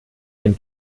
den